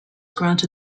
granted